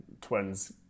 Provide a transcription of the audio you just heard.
twins